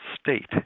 state